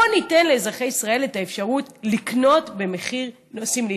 בוא ניתן לאזרחי ישראל את האפשרות לקנות במחיר סמלי.